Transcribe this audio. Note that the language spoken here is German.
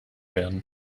werden